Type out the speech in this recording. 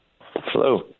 Hello